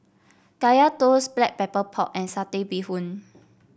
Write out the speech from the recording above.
Kaya Toast Black Pepper Pork and Satay Bee Hoon